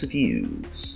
Views